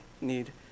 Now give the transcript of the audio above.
need